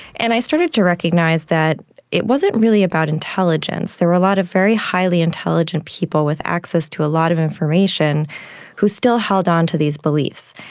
and i started to recognise that it wasn't really about intelligence. there were a lot of very highly intelligent people with access to a lot of information who still held onto these beliefs.